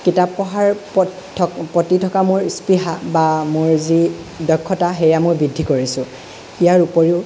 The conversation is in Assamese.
কিতাপ পঢ়াৰ প্ৰতি থকা মোৰ স্পৃহা বা মোৰ যি দক্ষতা সেয়া মোৰ বৃদ্ধি কৰিছোঁ ইয়াৰ উপৰিও